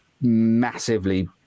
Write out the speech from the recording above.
massively